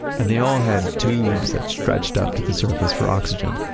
and they all had tubes that stretched up to the surface for oxygen.